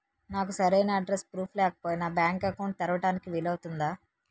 నాకు సరైన address proof లేకపోయినా బ్యాంక్ అకౌంట్ తెరవడానికి వీలవుతుందా?